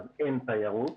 ואין תיירות.